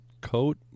coat